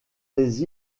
les